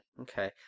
Okay